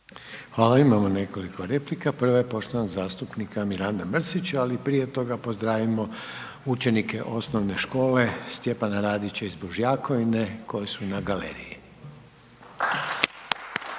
vama. Imamo nekoliko replika, prva je poštovanog zastupnika Miranda Mrsića, ali prije toga pozdravimo učenike Osnovne škole „Stjepana Radića“ iz Božjakovine koji su na galeriji.